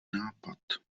nápad